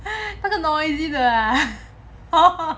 那个 noisy 的 ah